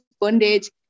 bondage